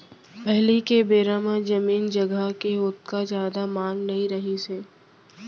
पहिली के बेरा म जमीन जघा के ओतका जादा मांग नइ रहत रहिस हे